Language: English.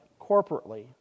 corporately